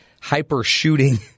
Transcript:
hyper-shooting